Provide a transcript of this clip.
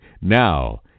Now